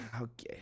Okay